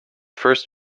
first